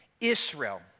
Israel